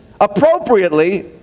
appropriately